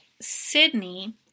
Sydney